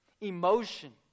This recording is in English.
emotion